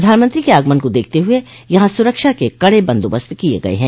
प्रधानमंत्री के आगमन को देखते हुए यहां सुरक्षा के कड़े बंदोबस्त किये गये हैं